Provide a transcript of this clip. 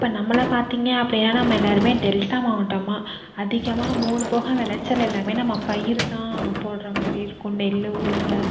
இப்போ நம்மள பார்த்திங்க அப்படின்னா நம்ம எல்லாருமே டெல்டா மாவட்டமா அதிகமாக மூணு பாகோம் விளச்சல் எல்லாமே நம்ம பயிறுதான் போடுற மாதிரி இருக்கும் நெல் உளுந்து